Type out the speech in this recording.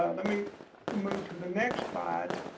let me move to the next slide,